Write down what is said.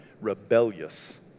rebellious